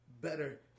Better